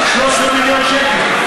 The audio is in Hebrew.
13 מיליון שקל.